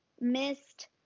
missed